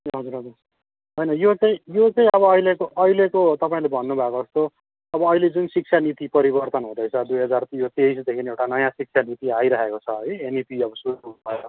हजुर हजुर होइन यो चाहिँ यो चाहिँ अब अहिलेको अहिलेको तपाईँले भन्नु भएको जस्तो अब अहिले जुन शिक्षानीति परिवर्तन हुँदैछ दुई हजार यो तेइसदेखि एउटा नयाँ शिक्षानीति आइराखेको छ है एनइपी उसमा भएर